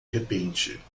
repente